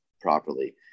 properly